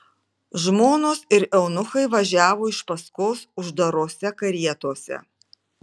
žmonos ir eunuchai važiavo iš paskos uždarose karietose